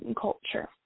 culture